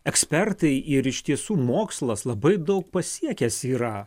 ekspertai ir iš tiesų mokslas labai daug pasiekęs yra